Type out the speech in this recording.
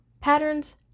patterns